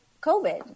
COVID